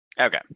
Okay